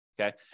okay